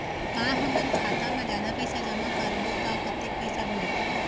का हमन खाता मा जादा पैसा जमा करबो ता कतेक पैसा बढ़ही?